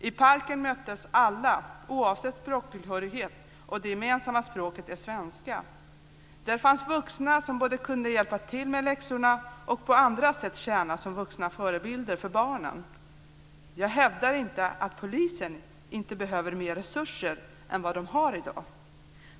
I parken möttes alla oavsett språktillhörighet, och det gemensamma språket var svenska. Där fanns vuxna som både kunde hjälpa till med läxorna och på andra sätt tjäna som förebilder för barnen. Jag hävdar inte att polisen inte behöver mer resurser än den har i dag.